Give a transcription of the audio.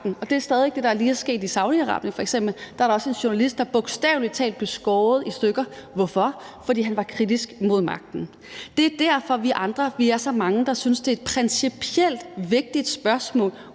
det er stadig væk det, der lige er sket i f.eks. Saudi-Arabien. Der var der også en journalist, der bogstavelig talt blev skåret i stykker. Hvorfor? Fordi han var kritisk over for magten. Det er derfor, at vi er så mange, der synes, at det er et principielt vigtigt spørgsmål.